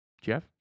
Jeff